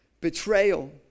Betrayal